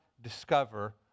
discover